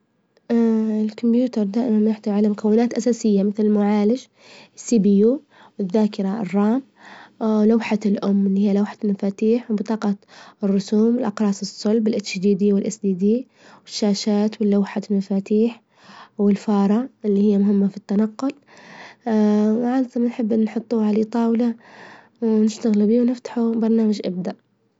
الكمبيوتر دائما يحتوي على مكونات أساسية مثل: المعالج، الس بي يو، والذاكرة الرام، لوحة الأم إللي هي لوحة المفاتيح، وبطاجة الرسوم، الأقراص الصلب، الإتش دي دي، والإس دي دي، والشاشات، ولوحة المفاتيح، والفارة إللي هي مهمة في التنقل، وعادةا نحبوا نحطوه على الطاولة، ونفتحه ببرنامج ابدأ.